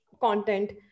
content